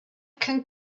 can